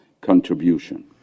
contribution